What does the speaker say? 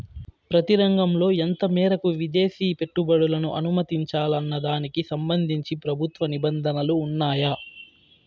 ప్రతి రంగంలో ఎంత మేరకు విదేశీ పెట్టుబడులను అనుమతించాలన్న దానికి సంబంధించి ప్రభుత్వ నిబంధనలు ఉన్నాయా?